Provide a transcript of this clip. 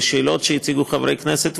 ושאלות שהציגו חברי כנסת,